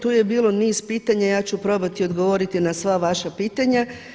Tu je bilo niz pitanja, ja ću probati odgovoriti na sva vaša pitanja.